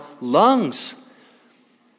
lungs